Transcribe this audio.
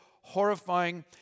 horrifying